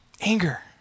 anger